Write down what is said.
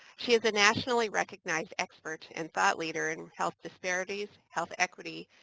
she is a nationally recognized expert and thought leader in health disparities, health equity,